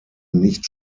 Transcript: nicht